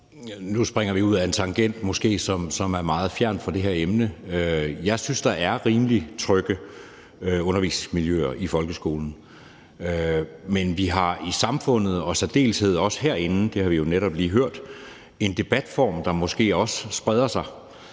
vi os måske ud ad en tangent, som er meget fjern fra det her emne. Jeg synes, der er rimelig trygge undervisningsmiljøer i folkeskolen. Men vi har i samfundet og i særdeleshed også herinde – det har vi jo netop lige hørt – en debatform, der måske også spreder sig,